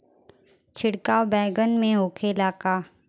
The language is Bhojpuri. छिड़काव बैगन में होखे ला का?